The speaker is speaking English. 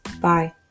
Bye